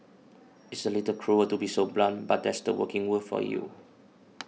it's a little cruel to be so blunt but that's the working world for you